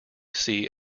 see